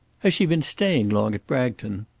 has she been staying long at bragton?